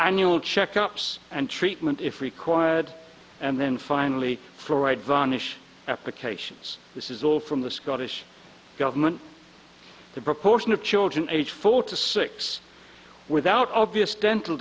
annual checkups and treatment if required and then finally for a ride vanish applications this is all from the scottish government the proportion of children age four to six without obvious dental